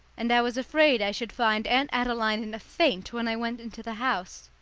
and i was afraid i should find aunt adeline in a faint when i went into the house.